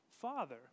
Father